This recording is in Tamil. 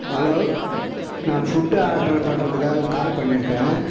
ஹலோ நான் ஃபுட்டு ஆர்டர் பண்ணுறத்துக்காக கால் பண்ணியிருக்கேன்